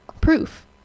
proof